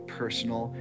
personal